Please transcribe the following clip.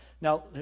Now